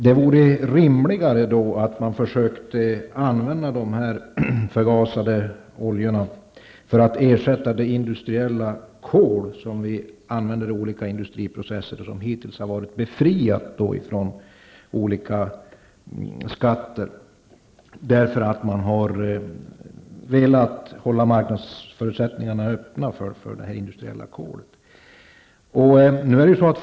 Det vore rimligt att försöka använda de förgasade oljorna till att ersätta det industriella kol som vi använder i olika industriprocesser. Det industriella kolet har hittills varit befriat från olika skatter, därför att man har velat hålla marknadsförutsättningarna öppna.